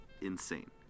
insane